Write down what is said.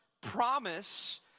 promise